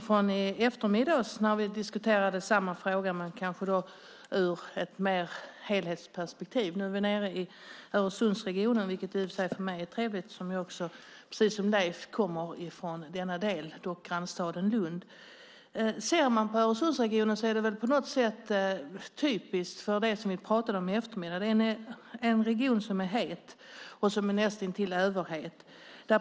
Fru talman! Jag fortsätter debatten från i eftermiddags. Då diskuterade vi samma fråga men kanske mer ur ett helhetsperspektiv. Nu är vi nere i Öresundsregionen, vilket i och för sig är trevligt eftersom jag, precis som Leif Jakobsson, kommer från den delen av landet, från Malmös grannstad Lund. Öresundsregionen är på något sätt typisk för det som vi pratade om i eftermiddags. Det är en region som är het eller nästintill överhet.